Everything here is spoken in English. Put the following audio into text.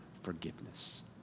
forgiveness